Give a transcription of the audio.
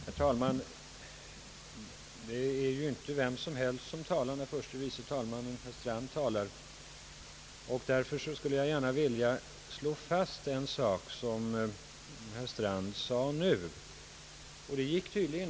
Herr talman! Det är ju inte vem som helst som talar när förste vice talmannen yttrar sig. Därför skulle jag gärna vilja slå fast en sak som herr Strand sade i sin replik.